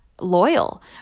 loyal